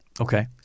Okay